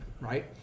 right